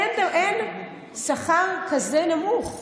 אין שכר כזה נמוך.